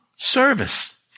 Service